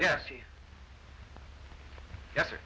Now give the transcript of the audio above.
yes yes